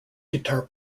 guitar